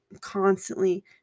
constantly